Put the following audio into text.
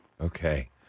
Okay